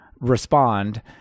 respond